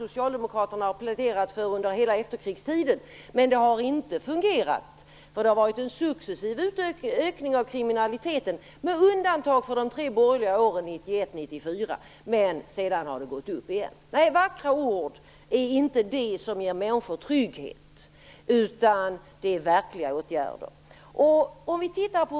Socialdemokraterna har pläderat för detta under hela efterkrigstiden, men det har inte fungerat, eftersom det har skett en successiv ökning av kriminaliteten med undantag för de tre borgerliga åren 1991-1994. Men sedan har den ökat igen. Nej, vackra ord är inte det som ger människor trygghet, utan det är verkliga åtgärder som ger trygghet.